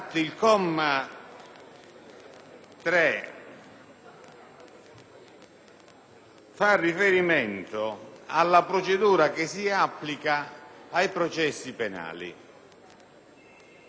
fa riferimento alla procedura che si applica ai processi penali; si richiamano gli articoli 20-*bis*,